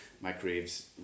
microwaves